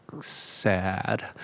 sad